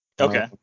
okay